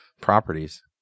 properties